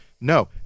no